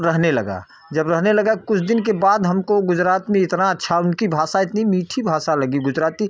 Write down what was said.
रहने लगा जब रहने लगा कुछ दिन के बाद हमको गुजरात में इतना अच्छा उनकी भाषा इतनी मीठी भाषा लगी गुजराती